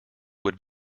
would